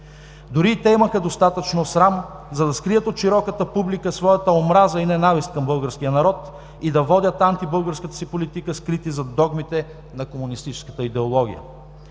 Дори и те имаха достатъчно срам, за да скрият от широката публика своята омраза и ненавист към българския народ и да водят антибългарската си политика, скрити зад догмите на комунистическата идеология.